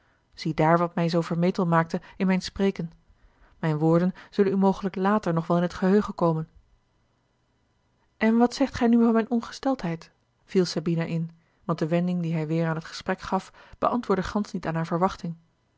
ziedaar wat mij zoo vermetel maakte in mijn spreken mijne woorden zullen u mogelijk later nog wel in t geheugen komen en wat zegt gij nu van mijne ongesteldheid viel sabina in want de wending die hij weêr aan het gesprek gaf beantwoordde gansch niet aan hare verwachting